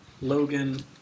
Logan